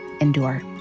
endure